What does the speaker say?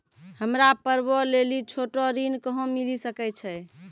हमरा पर्वो लेली छोटो ऋण कहां मिली सकै छै?